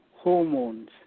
hormones